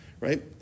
right